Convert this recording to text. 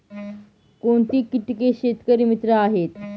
कोणती किटके शेतकरी मित्र आहेत?